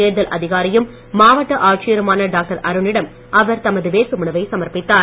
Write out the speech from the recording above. தேர்தல் அதிகாரியும் மாவட்ட ஆட்சியருமான டாக்டர் அருணிடம் அவர் தமது வேட்புமனுவை சமர்ப்பித்தார்